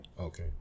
Okay